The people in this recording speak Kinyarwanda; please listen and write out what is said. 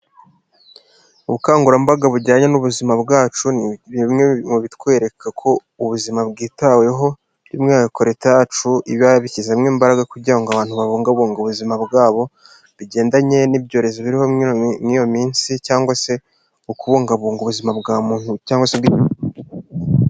Ubukangurambaga bujyanye n'ubuzima bwacu ni bimwe mu bitwereka ko ubuzima bwitaweho by'umwihariko Leta yacu iba yabishyizemo imbaraga kugira ngo abantu babungabunge ubuzima bwabo bigendanye n'ibyorezo biriho muri iyo minsi cyangwa se ukubungabunga ubuzima bwa muntu cyangwa se ubw'ibidukikije.